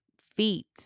feet